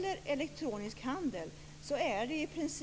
Det var några tankar.